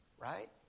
right